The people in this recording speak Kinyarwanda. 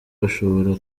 bashobora